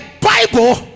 Bible